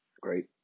great